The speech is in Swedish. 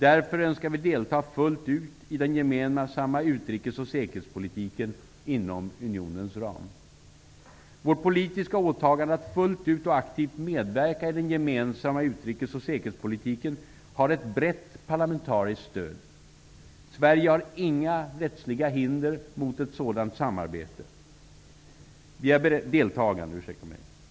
Därför önskar vi delta fullt ut i den gemensamma utrikes och säkerhetspolitiken inom Unionens ram. Vårt politiska åtagande att fullt ut och aktivt medverka i den gemensamma utrikes och säkerhetspolitiken har ett brett parlamentariskt stöd. Sverige har inga rättsliga hinder mot ett sådant deltagande.